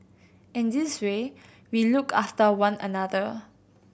in this way we look after one another